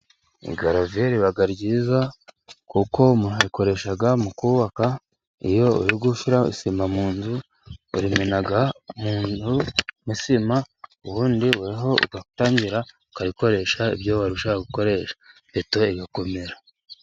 Igaraviye iba nziza kuko umuntu ayikoresha mu kubaka. Iyo uri gushyira isima mu nzu uyimena mu nzu n' isima, ubundi wowe ugatangira ukayikoresha ibyo warushaka gukoresha, beto igakomera.